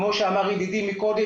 כמו שאמר ידידי קודם,